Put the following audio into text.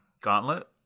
gauntlet